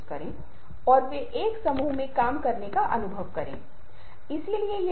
विभिन्न समाजों विभिन्न संस्कृतियों में आप जो प्रदर्शित कर सकते हैं और जो आप नहीं कर सकते हैं वह नियंत्रित है